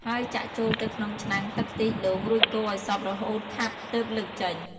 ហើយចាក់ចូលទៅក្នុងឆ្នាំងទឹកខ្ទិះដូង រួចកូរឱ្យសព្វរហូតខាប់ទើបលើកចេញ។